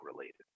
related